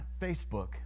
Facebook